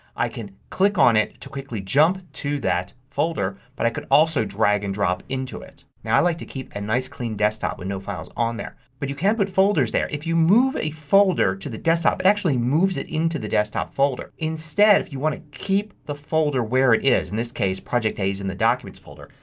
i can click on it to quickly jump to that folder but i could also drag and drop into it. now i like to keep a nice clean desktop with no files on there. but you can put folders there. if you move a folder to the desktop it actually moves into the desktop folder. instead if you want to keep the folder where it is, in this case project a is in the documents folder,